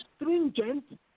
stringent